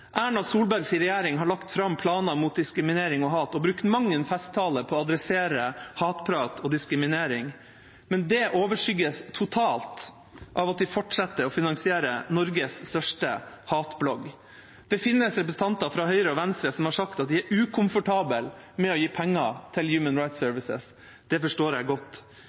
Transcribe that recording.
Erna Solbergs regjering har lagt fram planer mot diskriminering og hat og brukt mang en festtale på å adressere hatprat og diskriminering. Men det overskygges totalt av at de fortsetter å finansiere Norges største hatblogg. Det finnes representanter fra Høyre og Venstre som har sagt at de er ukomfortable med å gi penger til Human Rights Service. Det forstår jeg godt.